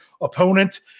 opponent